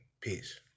Peace